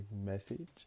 message